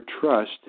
trust